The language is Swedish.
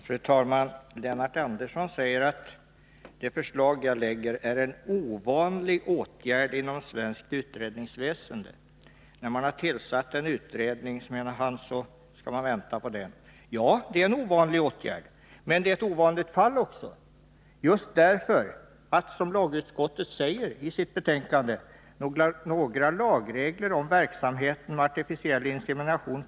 Fru talman! Lennart Andersson säger att det är en ovanlig åtgärd inom svenskt utredningsväsende när jag lägger fram detta förslag. När en utredning har tillsatts skall man vänta på den, menar han. Ja, det är en ovanlig åtgärd. Men det är också ett ovanligt fall just därför att det, som lagutskottet säger i sitt betänkande, inte finns några lagregler om verksamheten med artificiell insemination.